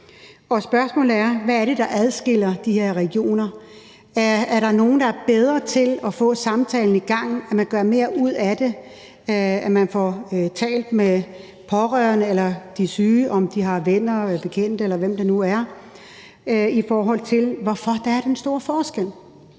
hvad det er, der adskiller de her regioner. Er der nogen, der er bedre til at få samtalen i gang, gør nogen mere ud af det, får man talt med pårørende eller de syge, om de har venner, bekendte, eller hvem det nu er, i forhold til hvorfor der er den store forskel?